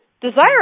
desire